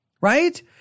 Right